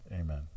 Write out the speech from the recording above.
Amen